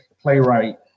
playwright